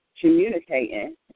communicating